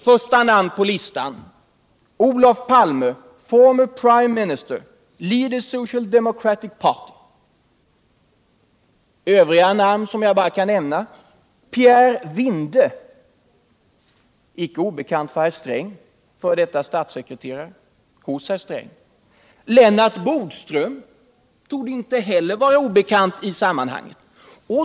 Första namn på listan: Olof Palme, ”former prime minister, leader social democratic party”. Bland övriga namn kan jag nämna Pierre Vinde, icke obekant för herr Sträng, f.d. statssekreterare hos herr Sträng, samt Lennart Bodström, som inte heller torde vara obekant.